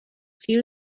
few